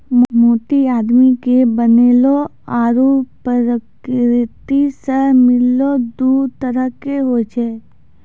मोती आदमी के बनैलो आरो परकिरति सें मिललो दु तरह के होय छै